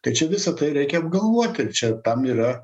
tai čia visa tai reikia apgalvoti čia tam yra